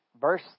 Verse